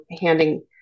handing